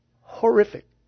Horrific